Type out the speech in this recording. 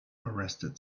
arrested